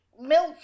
milk